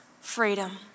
freedom